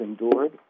endured